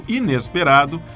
inesperado